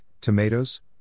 tomatoes